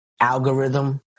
algorithm